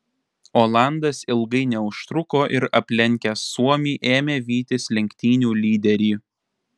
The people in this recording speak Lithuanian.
olandas ilgai neužtruko ir aplenkęs suomį ėmė vytis lenktynių lyderį